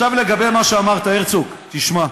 לגבי מה שאמרת, הרצוג, תשמע,